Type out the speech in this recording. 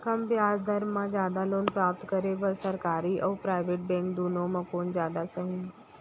कम ब्याज दर मा जादा लोन प्राप्त करे बर, सरकारी अऊ प्राइवेट बैंक दुनो मा कोन जादा सही हे?